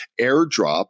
airdrop